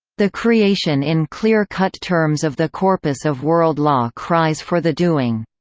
the creation in clear-cut terms of the corpus of world law cries for the doing.